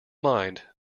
mind